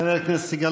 חבר הכנסת סגלוביץ'.